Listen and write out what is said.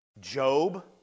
Job